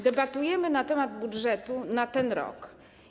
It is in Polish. Debatujemy na temat budżetu na ten rok.